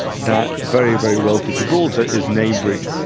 that very, very wealthy gibraltar is neighbouring,